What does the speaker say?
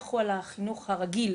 הוא על החינוך הרגיל.